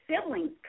siblings